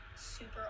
super